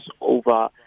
over